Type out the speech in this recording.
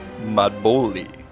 Madboli